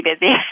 busy